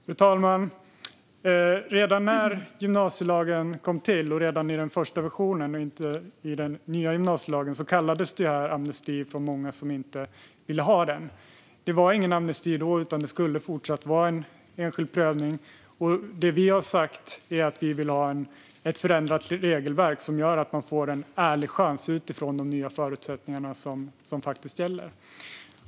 Fru talman! Redan när gymnasielagen kom till och redan i den första versionen och alltså inte i den nya gymnasielagen kallades det här amnesti av många som inte ville ha den. Det var ingen amnesti då, utan det skulle vara en enskild prövning. Det vi har sagt är att vi vill ha ett förändrat regelverk som gör att man får en ärlig chans utifrån de nya förutsättningar som faktiskt gäller.